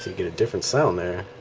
get a different sound there?